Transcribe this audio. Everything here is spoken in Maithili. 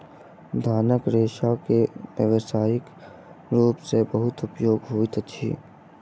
धानक रेशा के व्यावसायिक रूप सॅ बहुत उपयोग होइत अछि